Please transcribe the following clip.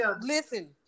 Listen